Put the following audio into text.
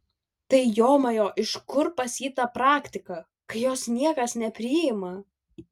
tai jomajo iš kur pas jį ta praktika kai jos niekas nepriima